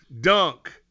dunk